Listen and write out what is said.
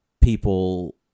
people